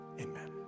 Amen